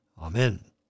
Amen